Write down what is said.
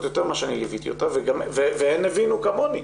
יותר ממה שאני ליוויתי אותה והם הבינו כמוני,